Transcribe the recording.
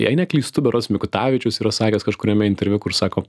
jei neklystu berods mikutavičius yra sakęs kažkuriame interviu kur sako